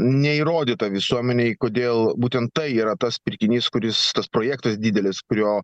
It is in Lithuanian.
neįrodyta visuomenei kodėl būtent tai yra tas pirkinys kuris tas projektas didelis kurio